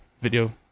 video